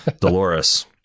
Dolores